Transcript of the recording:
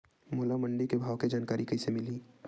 मोला मंडी के भाव के जानकारी कइसे मिलही?